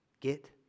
Get